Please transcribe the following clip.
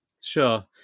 Sure